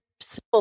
simple